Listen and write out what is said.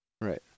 Right